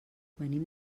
venim